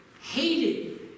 hated